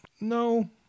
no